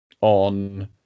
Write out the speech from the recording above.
on